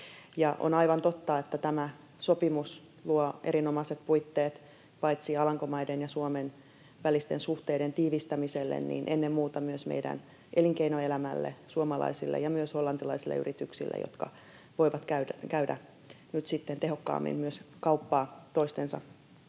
On aivan totta, että tämä sopimus luo erinomaiset puitteet paitsi Alankomaiden ja Suomen välisten suhteiden tiivistämiselle myös ja ennen muuta meidän elinkeinoelämälle, suomalaisille ja myös hollantilaisille yrityksille, jotka voivat myös käydä nyt sitten tehokkaammin kauppaa toistensa